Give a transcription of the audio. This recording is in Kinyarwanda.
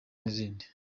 n’izindi